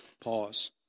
Pause